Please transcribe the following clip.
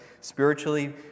spiritually